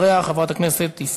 חברת הכנסת יעל גרמן, בבקשה.